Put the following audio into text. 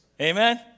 amen